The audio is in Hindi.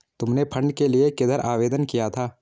तुमने फंड के लिए किधर आवेदन किया था?